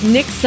Nick